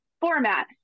format